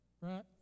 right